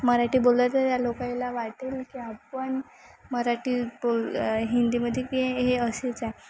मराठी बोलतात या लोकायला वाटेल की आपण मराठी बोल हिंदीमध्ये की हे असेच आहे